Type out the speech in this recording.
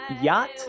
Yacht